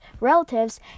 relatives